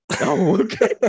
okay